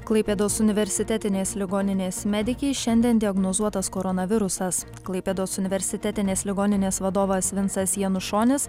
klaipėdos universitetinės ligoninės medikei šiandien diagnozuotas koronavirusas klaipėdos universitetinės ligoninės vadovas vincas janušonis